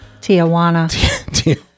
Tijuana